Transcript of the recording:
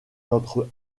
notre